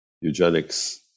eugenics